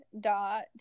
dot